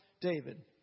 David